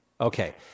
Okay